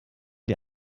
die